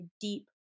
deep